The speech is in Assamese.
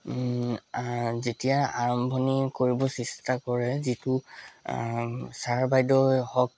যেতিয়া আৰম্ভণি কৰিব চেষ্টা কৰে যিটো ছাৰ বাইদেউৱে হওঁক